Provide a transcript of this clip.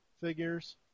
figures